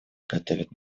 готовят